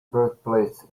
birthplace